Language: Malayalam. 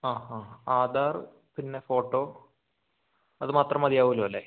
ആഹ് ആഹ് ആധാർ പിന്നെ ഫോട്ടോ അതുമാത്രം മതിയാവുമല്ലോ അല്ലെ